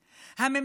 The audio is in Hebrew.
הממשלה,